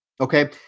Okay